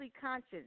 conscious